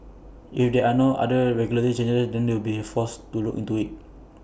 if there are no other regulatory changes then we'll be forced to look into IT